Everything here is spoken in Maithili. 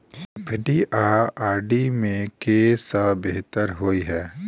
एफ.डी आ आर.डी मे केँ सा बेहतर होइ है?